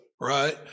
right